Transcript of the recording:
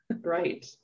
Right